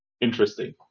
interesting